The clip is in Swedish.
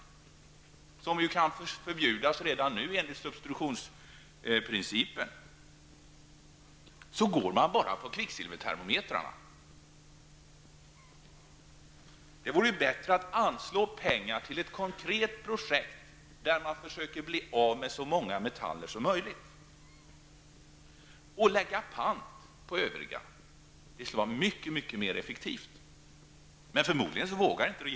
Dessa kan ju förbjudas redan nu enligt substitutionsprincipen. I stället för att bara inrikta sig på kvicksilvertermometrarna vore det bättre om man anslog pengar till ett konkret projekt där man försökte bli av med så många metaller som möjligt och lägga pant på övriga. Det skulle vara mycket effektivare. Men regeringen vågar förmodligen inte det.